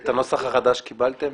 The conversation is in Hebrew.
את הנוסח החדש קיבלתם?